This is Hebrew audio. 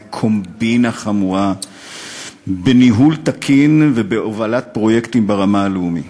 זה קומבינה חמורה בניהול תקין ובהובלת פרויקטים ברמה הלאומית.